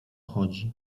chodzi